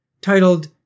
titled